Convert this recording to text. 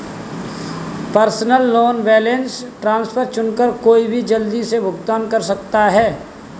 personal loan balance transfer चुनकर कोई भी जल्दी से भुगतान कर सकता है